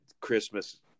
Christmas